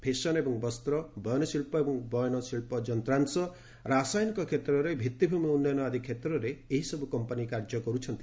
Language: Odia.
ଫ୍ୟାଶନ୍ ଏବଂ ବସ୍ତ୍ର ବୟନ ଶିଳ୍ପ ଏବଂ ବୟନଶିଳ୍ପ ଯନ୍ତ୍ରାଂଶ ରାସାୟନିକ କ୍ଷେତ୍ରରେ ଭିଭିମି ଉନ୍ନୟନ ଆଦି କ୍ଷେତ୍ରରେ ଏହିସବୁ କମ୍ପାନୀ କାର୍ଯ୍ୟ କରୁଛନ୍ତି